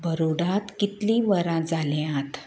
बरोडांत कितलीं वरां जाल्यात